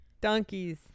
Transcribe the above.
donkeys